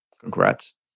Congrats